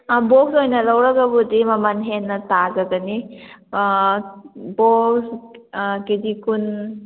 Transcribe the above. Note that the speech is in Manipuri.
ꯕꯣꯛꯁ ꯑꯣꯏꯅ ꯂꯧꯔꯒꯕꯨꯗꯤ ꯃꯃꯜ ꯍꯦꯟꯅ ꯇꯥꯖꯒꯅꯤ ꯕꯣꯛꯁ ꯀꯦꯖꯤ ꯀꯨꯟ